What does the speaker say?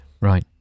Right